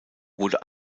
wurde